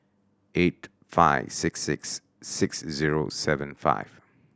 eight five six six six zero seven five